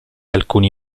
alcuni